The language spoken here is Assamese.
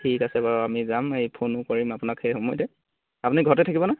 ঠিক আছে বাৰু আমি যাম এই ফোনো কৰিম আপোনাক সেই সময়তে আপুনি ঘতে থাকিব নহয়